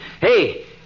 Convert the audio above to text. Hey